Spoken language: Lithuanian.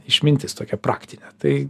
išmintis tokia praktinė tai